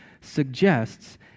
suggests